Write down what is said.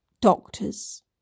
doctors